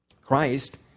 christ